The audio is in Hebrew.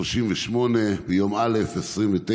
38, ביום א' 29 אנשים,